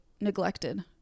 neglected